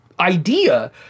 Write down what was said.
idea